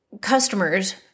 customers